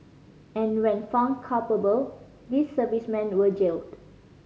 and when found culpable these servicemen were jailed